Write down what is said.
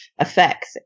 effects